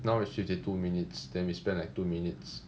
now it's fifty two minutes then we spend like two minutes